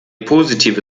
positive